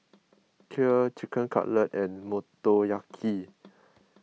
Kheer Chicken Cutlet and Motoyaki